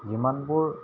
যিমানবোৰ